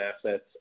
assets